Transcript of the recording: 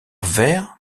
vert